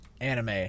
anime